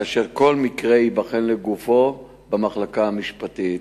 כאשר כל מקרה ייבחן לגופו במחלקה המשפטית.